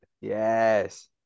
Yes